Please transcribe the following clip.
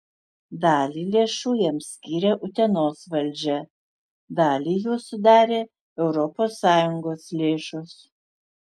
dalį lėšų jam skyrė utenos valdžia dalį jų sudarė europos sąjungos lėšos